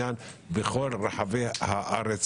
בכל רחבי הארץ.